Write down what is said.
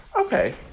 Okay